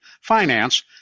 finance